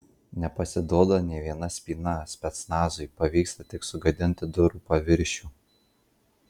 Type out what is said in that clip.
nepasiduoda nė viena spyna specnazui pavyksta tik sugadinti durų paviršių